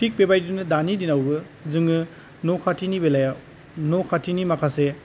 थिग बेबायदिनो दानि दिनावबो जोङो न'खाथिनि बेलायाव न'खाथिनि माखासे